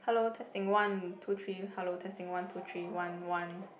hello testing one two three hello testing one two three one one